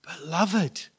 beloved